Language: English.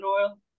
oil